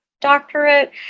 doctorate